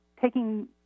taking